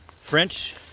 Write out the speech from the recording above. French